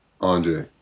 Andre